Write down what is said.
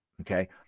Okay